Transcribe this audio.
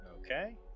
Okay